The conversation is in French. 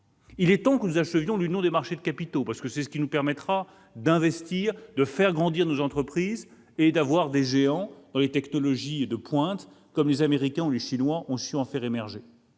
Il est temps que nous achevions l'union des marchés de capitaux, c'est cela qui nous permettra d'investir, de faire grandir nos entreprises et d'avoir des géants dans les technologies de pointe, comme les Américains ou les Chinois ont su en faire émerger.